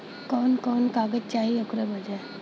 कवन कवन कागज चाही ओकर बदे?